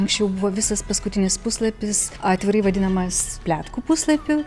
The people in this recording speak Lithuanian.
anksčiau buvo visas paskutinis puslapis atvirai vadinamas pletkų puslapiu